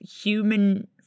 human